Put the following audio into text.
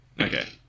Okay